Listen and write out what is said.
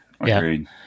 Agreed